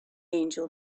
angel